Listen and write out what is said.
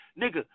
nigga